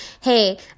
hey